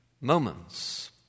moments